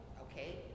Okay